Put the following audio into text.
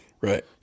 Right